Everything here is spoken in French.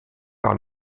par